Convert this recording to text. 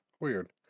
Weird